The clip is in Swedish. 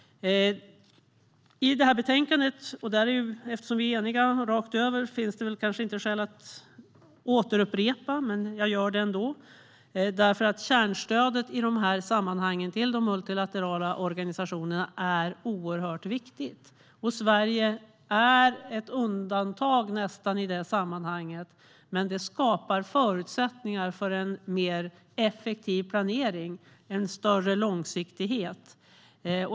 Eftersom vi är eniga rakt över finns det kanske inte skäl att upprepa det som sagts, men jag gör det ändå. Kärnstödet till de multilaterala organisationerna är oerhört viktigt. Sverige är nästan ett undantag i sammanhanget. Det skapar förutsättningar för en mer effektiv planering och en större långsiktighet.